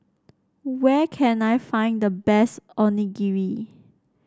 where can I find the best Onigiri